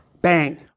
Bang